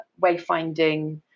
wayfinding